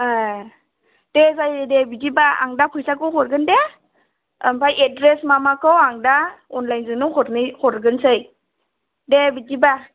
ए दे जायो दे बिदिबा आं दा फैसाखौ हरगोन दे ओमफ्राय एद्रेस मा माखौ आं दा अनलाइन जोंनो हरनि हरगोनसै दे बिदिबा